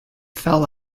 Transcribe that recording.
fell